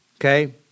okay